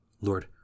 Lord